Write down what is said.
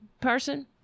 person